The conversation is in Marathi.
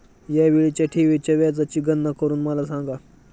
या वेळीच्या ठेवीच्या व्याजाची गणना करून मला सांगा